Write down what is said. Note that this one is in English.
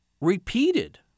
repeated